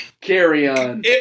carry-on